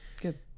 good